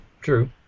true